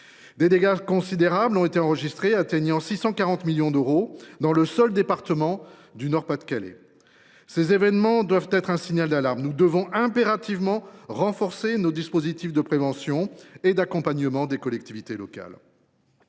Des dégâts considérables ont été enregistrés, représentant 640 millions d’euros dans l’ancienne région Nord Pas de Calais. Ces événements doivent être un signal d’alarme : nous devons impérativement renforcer nos dispositifs de prévention et d’accompagnement des collectivités locales.